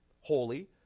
holy